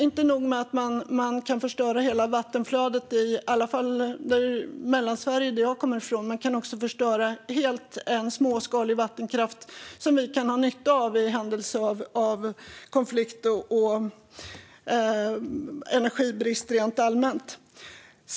Inte nog med att man kan förstöra hela vattenflödet i alla fall i Mellansverige, som jag kommer ifrån - man kan också helt förstöra en småskalig vattenkraft som vi kan ha nytta av i händelse av konflikt och energibrist rent allmänt.